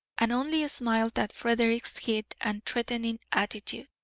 and only smiled at frederick's heat and threatening attitude.